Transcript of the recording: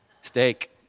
Steak